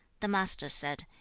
the master said,